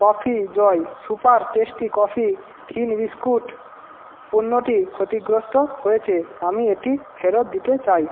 coffee joy super tasty coffee thin biscuit পণ্যটি ক্ষতিগ্রস্ত হয়েছে আমি এটি ফেরত দিতে চাই